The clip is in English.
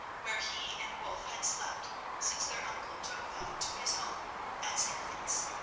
where he and wulf had slept since their uncle took them to his home as infants.